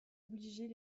obliger